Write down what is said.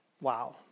Wow